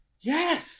Yes